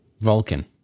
Vulcan